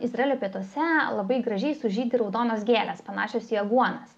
izraelio pietuose labai gražiai sužydi raudonos gėlės panašios į aguonas